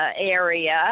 area